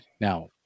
Now